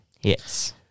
Yes